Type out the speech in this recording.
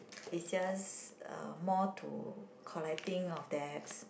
is just uh more to collecting of debts